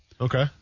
Okay